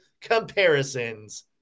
comparisons